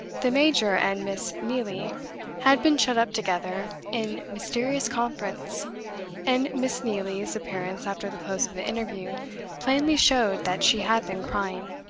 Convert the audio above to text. the major and miss neelie had been shut up together in mysterious conference and miss neelie's appearance after the close of the interview plainly showed that she had been crying.